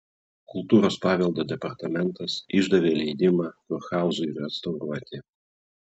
kultūros paveldo departamentas išdavė leidimą kurhauzui restauruoti